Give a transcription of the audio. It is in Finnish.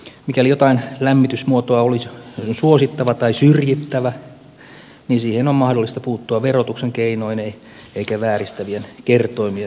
mikäli jotain lämmitysmuotoa olisi suosittava tai syrjittävä niin siihen on mahdollista puuttua verotuksen keinoin eikä vääristävien kertoimien avulla